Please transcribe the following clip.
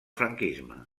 franquisme